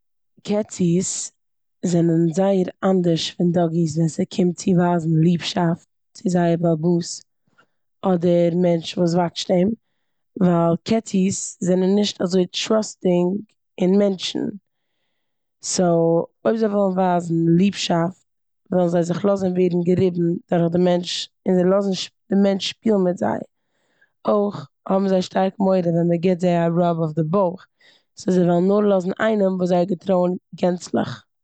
קעציס זענען זייער אנדערש פון דאגיס ווען ס'קומט צו ווייזן ליבשאפט צו זייער בעל הבית אדער מענטש וואס וואטשט אים ווייל קעציס זענען נישט אזוי טראסטינג אין מענטשן. סאו אויב זיי ווילן ווייזן ליבשאפט וועלן זיי זיך לאזן ווערן געריבן דורך די מענטש און לאזן די מענטש שפילן מיט זיי. אויך האבן זיי שטארק מורא ווען מ'גיבט זיי א ראב אויף די בויך סאו זיי וועלן נאר לאזן איינעם וואס זיי געטרויען גענצליך עס צו טון.